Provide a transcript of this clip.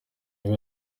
iba